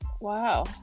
Wow